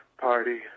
Party